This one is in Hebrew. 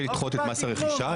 לא קיבלתי כלום,